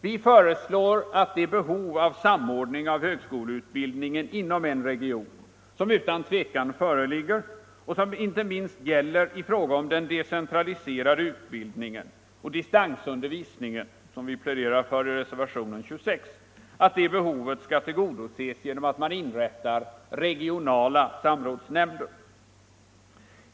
Vi föreslår att det behov av samordning av högskoleutbildningen inom en region, som utan tvivel föreligger inte minst i fråga om den decen traliserade utbildningen och den distansundervisning som vi pläderar för i reservationen 26, skall tillgodoses genom inrättande av regionala samrådsnämnder.